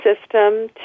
system